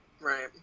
Right